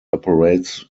operates